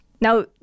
Now